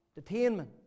detainment